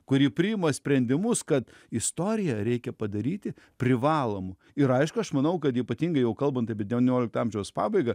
kuri priima sprendimus kad istoriją reikia padaryti privalomu ir aišku aš manau kad ypatingai jau kalbant apie devyniolikto amžiaus pabaigą